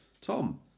Tom